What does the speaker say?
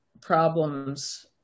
problems